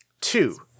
Two